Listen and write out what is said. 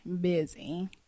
busy